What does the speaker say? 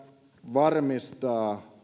varmistaa